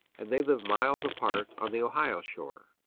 and they live miles apart on the ohio shore.